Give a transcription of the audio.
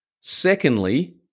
secondly